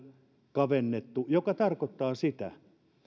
kavennettu mikä tarkoittaa sitä